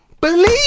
Believe